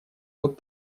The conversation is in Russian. вот